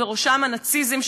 ובראשן הנאציזם,